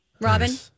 Robin